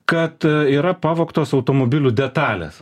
kad yra pavogtos automobilių detalės